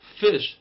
fish